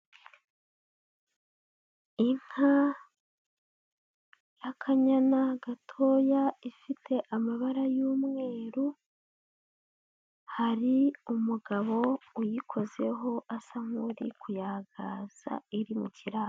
Inka y'akanyana gatoya, ifite amabara y'umweru, hari umugabo uyikozeho, asa nk'uri kuyagaza, iri mu kiraro.